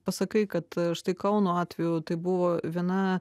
pasakai kad štai kauno atveju tai buvo viena